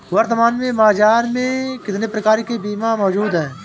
वर्तमान में बाज़ार में कितने प्रकार के बीमा मौजूद हैं?